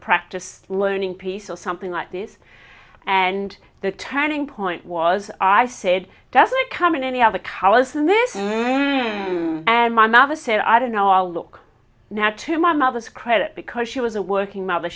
practiced learning piece or something like this and the turning point was i said doesn't come in any of the callous in this and my mother said i don't know i'll look now to my mother's credit because she was a working mother